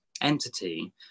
entity